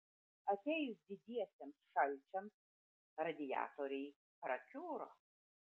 atėjus didiesiems šalčiams radiatoriai prakiuro